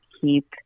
keep